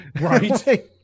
Right